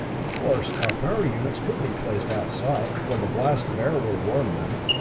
of course, our power units could be placed outside, where the blast of air will warm them,